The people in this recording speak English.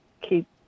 keep